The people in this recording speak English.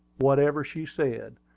whatever she said.